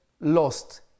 lost